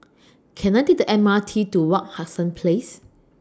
Can I Take The M R T to Wak Hassan Place